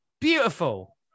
beautiful